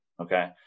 Okay